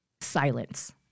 silence